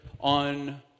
on